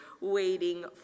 waiting